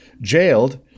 jailed